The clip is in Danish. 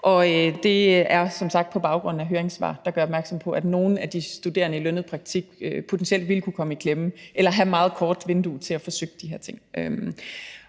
sagt på baggrund af høringssvar, der gør opmærksom på, at nogle af de studerende i lønnet praktik potentielt ville kunne komme i klemme – eller have et meget lille vindue til at få søgt om de her ting.